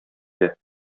иде